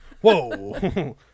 whoa